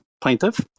plaintiff